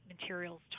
materials